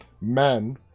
Men